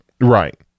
Right